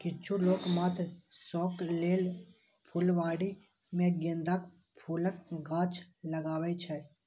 किछु लोक मात्र शौक लेल फुलबाड़ी मे गेंदाक फूलक गाछ लगबै छै